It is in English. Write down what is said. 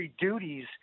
duties